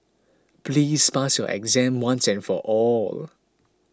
please pass your exam once and for all